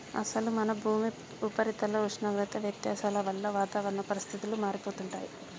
అసలు మన భూమి ఉపరితల ఉష్ణోగ్రత వ్యత్యాసాల వల్ల వాతావరణ పరిస్థితులు మారిపోతుంటాయి